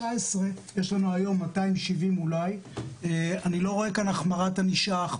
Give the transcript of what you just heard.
יש היום אולי 270. אני לא רואה החמרת ענישה,